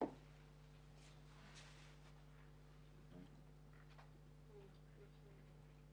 הזה של תאונות אימונים.